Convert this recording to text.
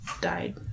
died